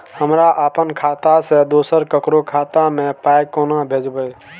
हमरा आपन खाता से दोसर ककरो खाता मे पाय कोना भेजबै?